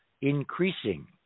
increasing